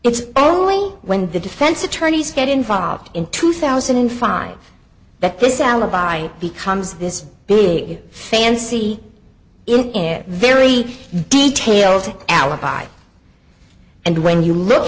it's only when the defense attorneys get involved in two thousand and five that this alibi becomes this big fancy in very detailed alibi and when you look